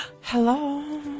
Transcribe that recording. Hello